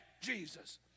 Jesus